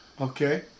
Okay